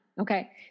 Okay